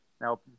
Now